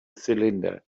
cylinder